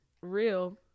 Real